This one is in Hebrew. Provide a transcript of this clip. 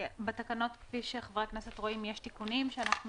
בתקנות כפי שחברי הכנסת רואים יש תיקונים שאנחנו